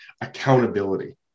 accountability